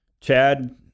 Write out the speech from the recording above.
Chad